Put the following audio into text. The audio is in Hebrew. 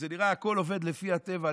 זה נראה שהכול עובד לפי הטבע,